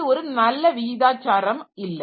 இது ஒரு நல்ல விகிதாச்சாரம் இல்லை